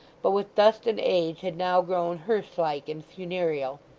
but with dust and age had now grown hearse-like and funereal.